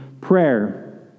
prayer